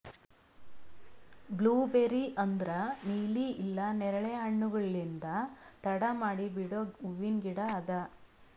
blueberry ಅಂದುರ್ ನೀಲಿ ಇಲ್ಲಾ ನೇರಳೆ ಹಣ್ಣುಗೊಳ್ಲಿಂದ್ ತಡ ಮಾಡಿ ಬಿಡೋ ಹೂವಿನ ಗಿಡ ಅದಾ